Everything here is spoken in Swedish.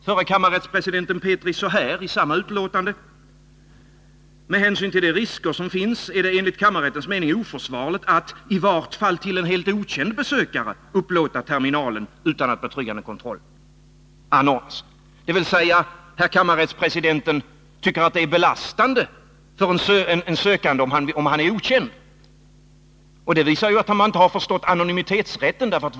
Förre kammarrättspresidenten Petri säger vidare i samma utlåtande: ”Med hänsyn till de risker som sålunda finns är det enligt kammarrättens mening oförsvarligt att — i vart fall till en helt okänd besökare — upplåta terminalen utan att betryggande kontroll anordnas.” Herr kammarrättspresidenten tycker med andra ord att det är belastande för en sökande om han är okänd. Det visar att Carl Axel Petri inte har förstått innebörden i anonymitetsrätten.